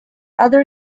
other